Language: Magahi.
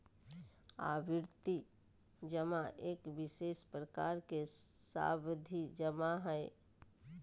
आवर्ती जमा एक विशेष प्रकार के सावधि जमा हइ